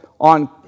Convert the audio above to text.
on